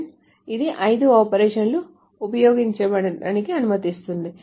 కాబట్టి ఐదు ఆపరేషన్లు ఉపయోగించడానికి అనుమతించబడతాయి